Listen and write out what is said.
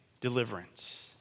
deliverance